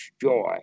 joy